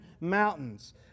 Mountains